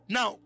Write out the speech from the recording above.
Now